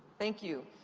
thank you.